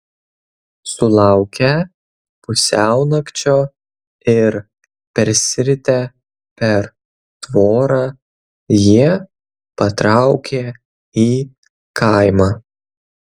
sulaukę pusiaunakčio ir persiritę per tvorą jie patraukė į kaimą